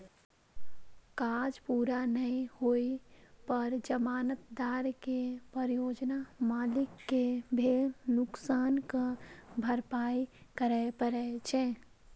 काज पूरा नै होइ पर जमानतदार कें परियोजना मालिक कें भेल नुकसानक भरपाइ करय पड़ै छै